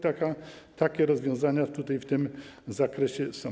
Takie rozwiązania tutaj w tym zakresie są.